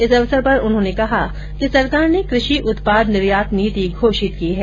इस अवसर पर उन्होंने कहा कि सरकार ने कृषि उत्पाद निर्यात नीति घोषित की है